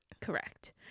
Correct